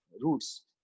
roots